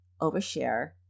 overshare